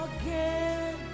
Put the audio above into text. again